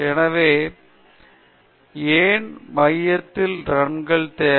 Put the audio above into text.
எனவே ஏன் மையத்தில் ரன்கள் தேவை